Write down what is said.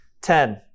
ten